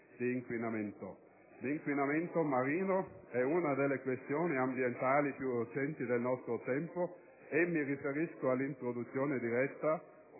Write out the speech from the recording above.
di inquinamento. L'inquinamento marino è una delle questioni ambientali più urgenti del nostro tempo e mi riferisco all'introduzione diretta